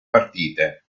partite